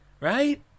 right